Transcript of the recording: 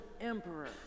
emperor